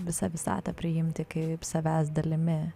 visą visatą priimti kaip savęs dalimi